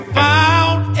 found